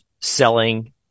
selling